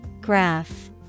Graph